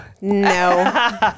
no